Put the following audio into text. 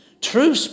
True